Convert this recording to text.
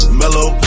mellow